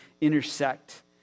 intersect